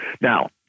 Now